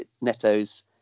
Neto's